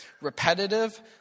Repetitive